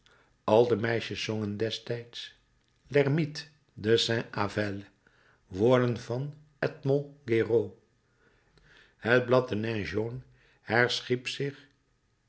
al de meisjes zongen destijds l'ermite de saint avelle woorden van edmond géraud het blad de nain jaune herschiep zich